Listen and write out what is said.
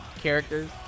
characters